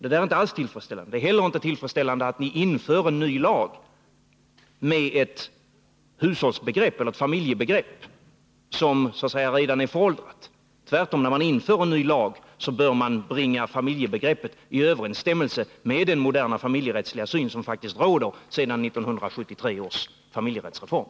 familjer Det är inte heller tillfredsställande att ni inför en ny lag med ett familjebegrepp som redan är föråldrat. När man inför en ny lag, bör man tvärtom bringa familjebegreppet i överensstämmelse med den moderna familjerättsliga syn som faktiskt råder sedan 1973 års familjerättsreform.